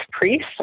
priests